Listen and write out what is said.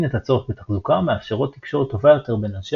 את הצורך בתחזוקה ומאפשרות תקשורת טובה יותר בין אנשי